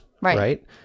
Right